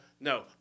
No